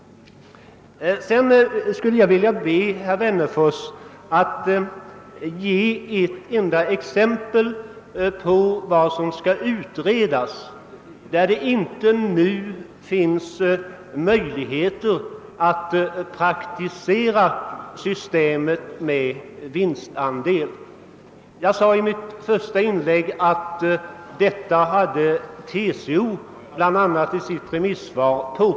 Sedan skulle jag vilja be herr Wennerfors att ge ett enda exempel på vad som skall utredas och om det inte redan nu finns möjlighet att praktisera systemet med vinstandel. Jag sade i mitt första inlägg att bl.a. TCO påpekat detta i sitt remissvar.